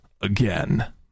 again